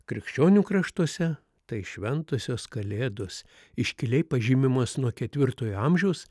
krikščionių kraštuose tai šventosios kalėdos iškiliai pažymimos nuo ketvirtojo amžiaus